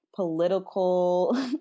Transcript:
political